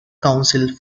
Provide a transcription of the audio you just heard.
council